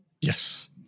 Yes